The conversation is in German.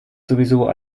sowieso